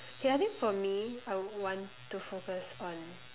okay I think for me I would want to focus on